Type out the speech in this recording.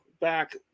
back